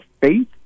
faith